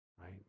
right